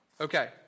Okay